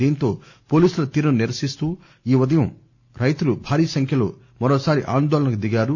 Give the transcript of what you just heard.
దీంతో పోలీసుల తీరును నిరసిస్తూ ఈ ఉదయం రైతులు భారీసంఖ్యలో మరోసారి ఆందోళనకు దిగారు